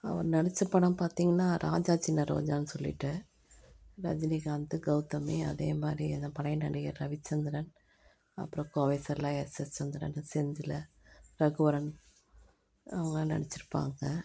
அவர் நடித்த படம் பார்த்தீங்கன்னா ராஜா சின்ன ரோஜானு சொல்லிவிட்டு ரஜினிகாந்த் கௌதமி அதே மாதிரி அந்த பழைய நடிகர் ரவிச்சந்திரன் அப்புறம் கோவை சரளா எஸ்எஸ் சந்திரன் செந்தில் ரகுவரன் அவங்கெலாம் நடித்திருப்பாங்க